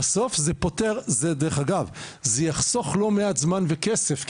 זה יחסוך לא מעט זמן וכסף,